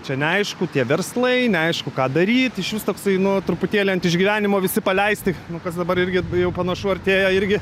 čia neaišku tie verslai neaišku ką daryt išvis toksai nu truputėlį ant išgyvenimo visi paleisti nu kas dabar irgi jau panašu artėja irgi